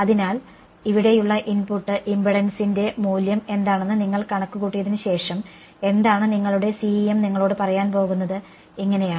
അതിനാൽ ഇവിടെയുള്ള ഇൻപുട്ട് ഇംപെഡൻസിന്റെ മൂല്യം എന്താണെന്ന് നിങ്ങൾ കണക്കുകൂട്ടിയതിന് ശേഷം എന്താണ് നിങ്ങളുടെ CEM നിങ്ങളോട് പറയാൻ പോകുന്നത് ഇങ്ങനെയാണ്